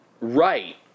right